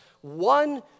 one